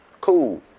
Cool